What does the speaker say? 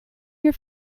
your